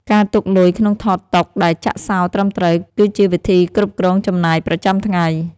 ការទុកលុយក្នុងថតតុដែលចាក់សោត្រឹមត្រូវ គឺជាវិធីគ្រប់គ្រងចំណាយប្រចាំថ្ងៃ។